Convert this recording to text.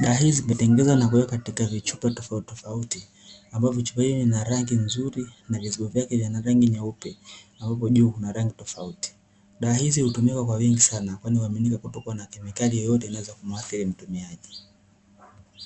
dawa hizi zimetengenezwa na kuwekwa katika vichupa tofautitofauti ambavyo vichupa hivi vina rangi nzuri na vizibo vyake vina rangi nyeupe ambapo juu kuna rangi tofauti. Dawa hizi hutumika kwa wingi sana kwani huaminika kutokuwa na kemikali yoyote inayoweza kumuathiri mtumiaji.